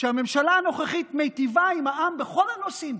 שהממשלה הנוכחית מיטיבה עם העם בכל הנושאים?